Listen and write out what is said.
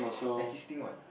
assisting what